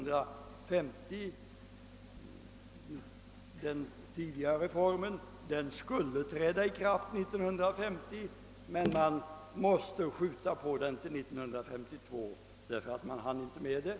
Den tidigare reformen skulle träda i kraft 1950, men vi måste skjuta på den till 1952 därför att man inte hann med att genomföra den.